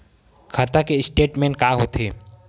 खाता के स्टेटमेंट का होथे?